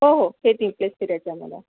हो हो हे तीन प्लेस फिरायचे आम्हाला